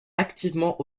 activement